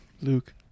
Luke